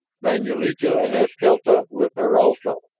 manulito and eskelta with her also.